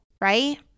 right